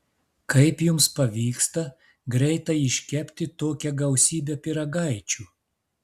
kaip jums pavyksta greitai iškepti tokią gausybę pyragaičių